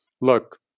look